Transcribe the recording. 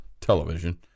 television